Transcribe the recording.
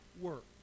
work